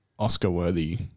Oscar-worthy